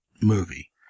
movie